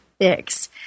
fix